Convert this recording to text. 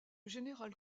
général